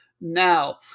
Now